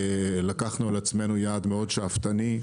לקחנו על עצמנו יעד מאוד שאפתני.